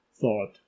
thought